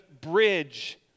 bridge